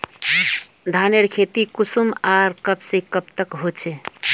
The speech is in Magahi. धानेर खेती कुंसम आर कब से कब तक होचे?